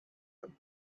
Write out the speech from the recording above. him